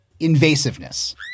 invasiveness